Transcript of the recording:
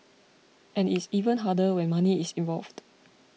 and it's even harder when money is involved